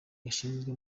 gashinzwe